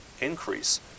increase